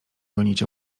gonić